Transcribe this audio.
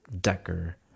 Decker